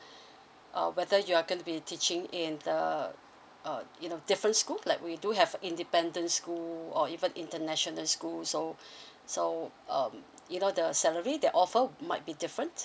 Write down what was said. uh whether you are gonna be teaching in the uh you know different school like we do have independent school or even international school so so um you know the salary that offer might be different